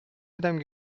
madame